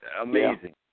Amazing